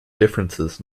differences